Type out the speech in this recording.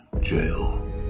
jail